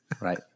Right